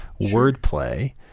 wordplay